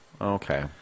Okay